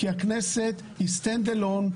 כי הכנסת היא stand alone,